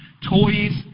Toys